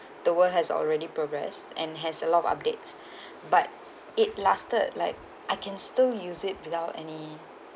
the world has already progressed and has a lot of updates but it lasted like I can still use it without any